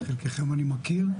את חלקכם אני מכיר,